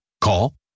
Call